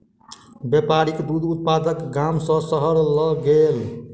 व्यापारी दूधक उत्पाद गाम सॅ शहर लय गेल